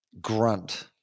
Grunt